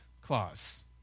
clause